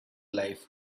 life